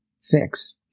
fix